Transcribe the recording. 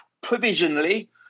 provisionally